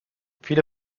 viele